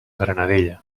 granadella